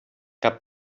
cap